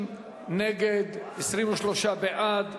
30 נגד, 23 בעד.